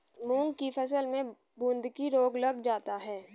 मूंग की फसल में बूंदकी रोग लग जाता है